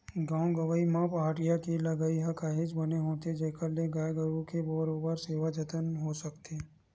गाँव गंवई म पहाटिया के लगई ह काहेच बने होथे जेखर ले गाय गरुवा के बरोबर सेवा जतन हो सकथे